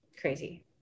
crazy